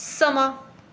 समां